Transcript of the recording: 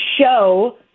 show